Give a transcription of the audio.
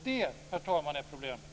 Det, herr talman, är problemet.